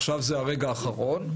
עכשיו זה הרגע האחרון".